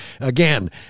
again